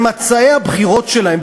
במצעי הבחירות שלהן,